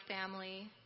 family